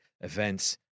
events